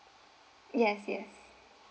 yes yes